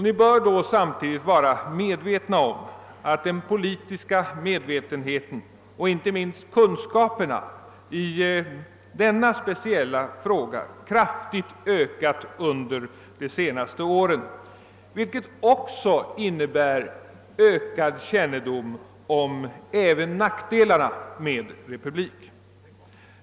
Ni bör väl vara på det klara med att den politiska medvetenheten och inte minst kunskaperna i denna spe ciella fråga kraftigt ökat under de senaste åren, vilket innebär ökad kännedom om även nackdelarna med republik.